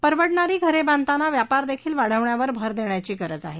परवडणारी घरे बांधताना व्यापार देखील वाढवण्यावर भर देण्याची गरज आहे